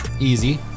easy